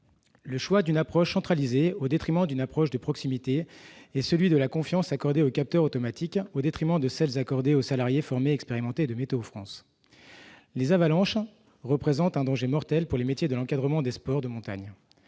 Le choix d'une approche centralisée au détriment d'une approche de proximité et celui de la confiance accordée aux capteurs automatiques au détriment de celle accordée aux salariés formés et expérimentés de Météo France nous inquiètent. Les avalanches représentent un danger mortel pour les métiers de l'encadrement des sports de montagne.